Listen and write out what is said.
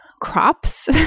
crops